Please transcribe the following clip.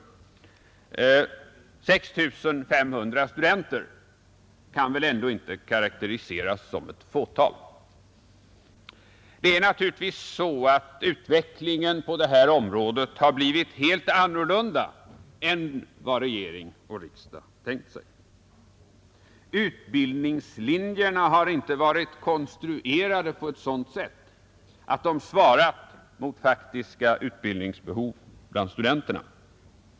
6 500 studenter kan väl ändå inte karakteriseras som ett fåtal. Det är naturligtvis så att utvecklingen på detta område har blivit helt annorlunda än vad regering och riksdag tänkt sig. Utbildningslinjerna har inte varit konstruerade på ett sådant sätt att de svarat mot det faktiska utbildningsbehovet bland studenterna.